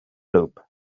lube